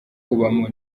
kubamo